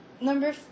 Number